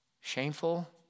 shameful